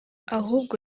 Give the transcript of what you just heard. ahubwo